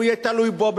והוא יהיה תלוי בו,